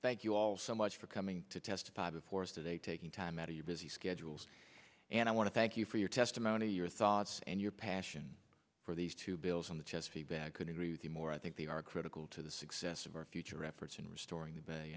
thank you all so much for coming to testify before us today taking time out of your busy schedule and i want to thank you for your testimony your thoughts and your passion for these two bills on the chest could agree with the more i think they are critical to the success of our future efforts in restoring the